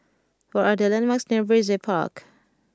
what are the landmarks near Brizay Park